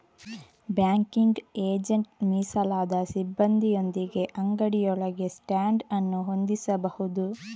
banking agent ಮೀಸಲಾದ ಸಿಬ್ಬಂದಿಯೊಂದಿಗೆ ಅಂಗಡಿಯೊಳಗೆ ಸ್ಟ್ಯಾಂಡ್ ಅನ್ನು ಹೊಂದಿಸಬಹುದು